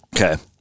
Okay